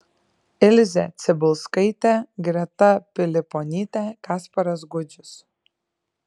ilzė cibulskaitė greta piliponytė kasparas gudžius